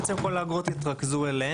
כל האגרות התרכזו אצלו,